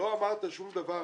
לא אמרת שום דבר